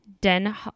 den